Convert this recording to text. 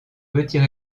petits